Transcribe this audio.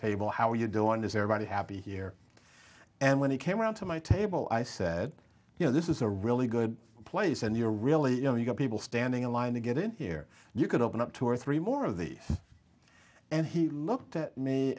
table how are you doing is everybody happy here and when he came around to my table i said you know this is a really good place and you're really you know you got people standing in line to get in here you could open up two or three more of these and he looked at me